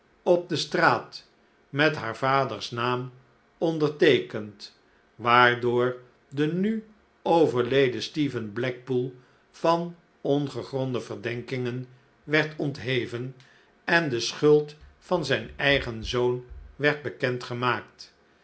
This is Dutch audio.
op de straat met haar vaders naam onderteekend waardoor de nu overleden stephen blackpool van ongegronde verdenkingen werd ontheven en de schuld van zijn eigen zoon werd